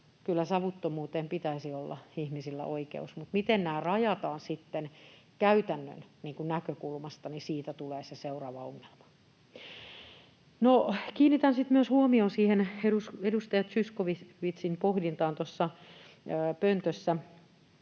Kyllä savuttomuuteen pitäisi olla ihmisillä oikeus, mutta miten nämä rajataan sitten käytännön näkökulmasta? Siitä tulee se seuraava ongelma. Kiinnitän sitten huomion myös edustaja Zyskowiczin pohdintaan tuossa pöntössä.